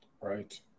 right